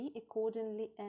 accordingly